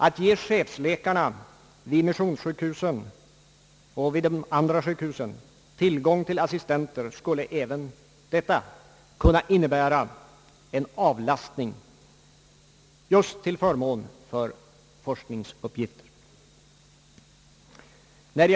Att ge chefsläkarna vid missionssjukhusen och andra sjukhus tillgång till assistenter skulle även kunna innebära en avlastning just till förmån för forskningsuppgifter.